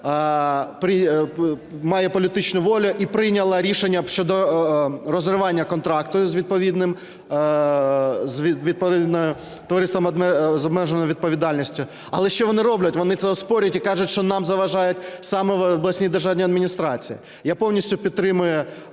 має політичну волю і прийняла рішення щодо розривання контракту з відповідним товариством з обмеженою відповідальністю. Але що вони роблять? Вони це оспорюють і кажуть, що нам заважають саме обласні державні адміністрації. Я повністю підтримую